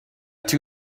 two